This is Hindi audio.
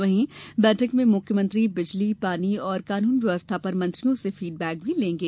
वहीं बैठक में मुख्यमंत्री बिजली पानी और कानून व्यवस्था पर मंत्रियों से फीडबैक भी लेंगे